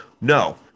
no